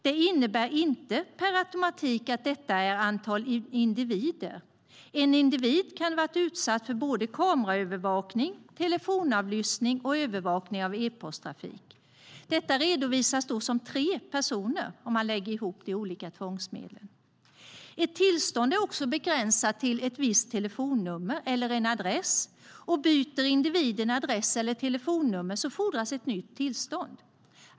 Det innebär inte per automatik att det är detta antal individer. En individ kan varit utsatt för både kameraövervakning, telefonavlyssning och övervakning av e-posttrafik. Detta redovisas då som tre personer om man lägger ihop de olika tvångsmedlen. Ett tillstånd är också begränsat till ett visst telefonnummer eller en adress. Om individen byter adress eller telefonnummer fordras ett nytt tillstånd.